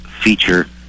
feature